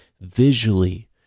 visually